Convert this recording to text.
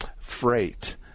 freight